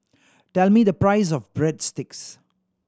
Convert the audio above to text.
tell me the price of Breadsticks